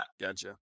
Gotcha